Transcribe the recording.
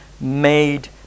made